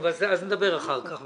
נדבר אחר כך.